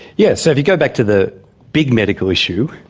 yes, so if you go back to the big medical issue,